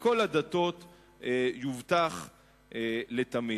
לכל הדתות יובטחו לתמיד.